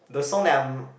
the song that I'm